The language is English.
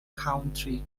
county